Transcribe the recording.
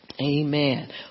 Amen